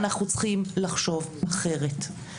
אנחנו צריכים לחשוב אחרת.